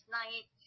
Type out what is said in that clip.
night